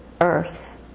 earth